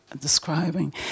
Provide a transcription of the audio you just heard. describing